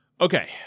Okay